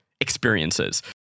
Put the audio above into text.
experiences